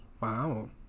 Wow